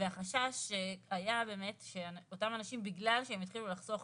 החשש היה שאותם אנשים, בגלל שהתחילו לחסוך